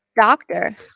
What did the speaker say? doctor